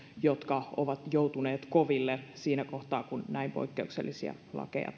jotka ovat joutuneet koville siinä kohtaa kun näin poikkeuksellisia lakeja